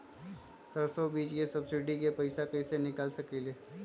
सरसों बीज के सब्सिडी के पैसा कईसे निकाल सकीले?